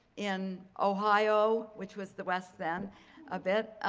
in ohio, which was the west then a bit,